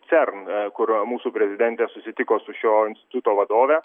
cern a kur mūsų prezidentė susitiko su šio instituto vadove